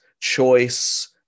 choice